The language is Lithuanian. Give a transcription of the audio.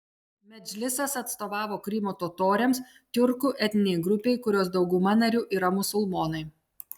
medžlisas atstovavo krymo totoriams tiurkų etninei grupei kurios dauguma narių yra musulmonai